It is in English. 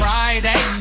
Friday